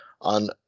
on